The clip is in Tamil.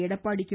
எடப்பாடி கே